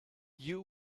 you